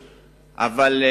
אבל,